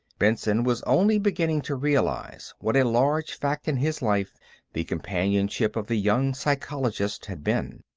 benson was only beginning to realize what a large fact in his life the companionship of the young psychologist had been.